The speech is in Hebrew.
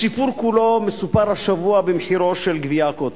הסיפור כולו מסופר השבוע במחירו של גביע ה"קוטג'".